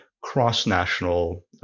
cross-national